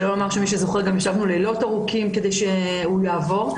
שלא לומר שמי שזוכר גם ישבנו לילות ארוכים כדי שהוא יעבור,